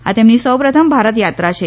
આ તેમની સૌ પ્રથમ ભારત યાત્રા છે